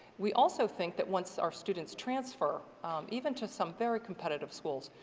we also think that once our students transfer even to some very competitive schools,